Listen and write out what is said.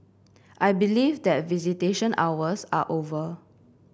I believe that visitation hours are over